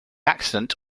accident